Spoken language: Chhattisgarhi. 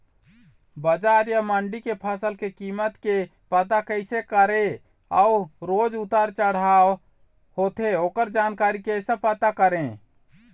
बजार या मंडी के फसल के कीमत के पता कैसे करें अऊ रोज उतर चढ़व चढ़व होथे ओकर जानकारी कैसे पता करें?